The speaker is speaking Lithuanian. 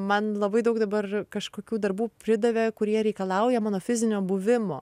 man labai daug dabar kažkokių darbų pridavė kurie reikalauja mano fizinio buvimo